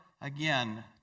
again